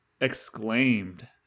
exclaimed